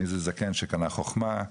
מי זה זקן קנה חוכמה,